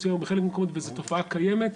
במקומות מסוימים או בחלק מהמקומות וזו תופעה קיימת,